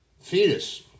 Fetus